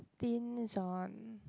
stinge on